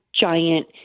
giant